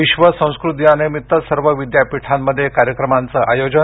विश्व संस्कृत दिनानिमित्त सर्व विद्यापीठांमध्ये कार्यक्रमांचं आयोजन